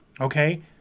okay